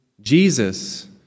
Jesus